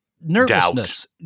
nervousness